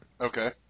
Okay